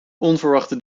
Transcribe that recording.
onverwachte